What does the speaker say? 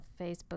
Facebook